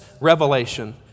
revelation